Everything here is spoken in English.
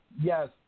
Yes